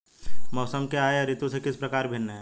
मौसम क्या है यह ऋतु से किस प्रकार भिन्न है?